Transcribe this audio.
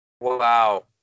Wow